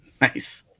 Nice